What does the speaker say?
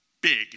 big